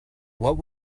what